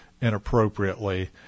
inappropriately